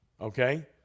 okay